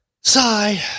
Sigh